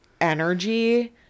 energy